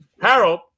Harold